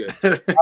good